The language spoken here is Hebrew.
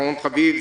אחרון חביב,